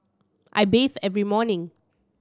I bathe every morning